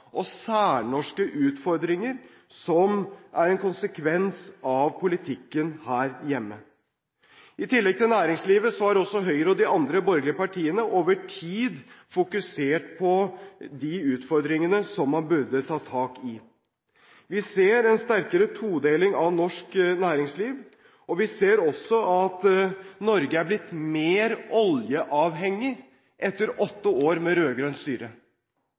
og særnorske utfordringer som er en konsekvens av politikken her hjemme. I tillegg til næringslivet har også Høyre og de andre borgerlige partiene over tid fokusert på de utfordringene som man burde ta tak i. Vi ser en sterkere todeling av norsk næringsliv. Vi ser også at Norge er blitt mer oljeavhengig etter åtte år med rød-grønt styre.